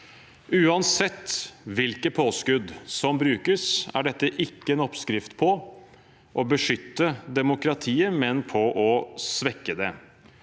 Uansett hvilke påskudd som brukes, er ikke dette en oppskrift på å beskytte demokratiet, men på å svekke det.